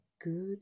good